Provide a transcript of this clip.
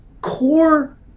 core